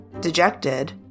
dejected